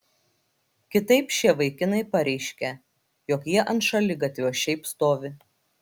kitaip šie vaikinai pareiškia jog jie ant šaligatvio šiaip stovi